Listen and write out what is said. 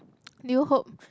do you hope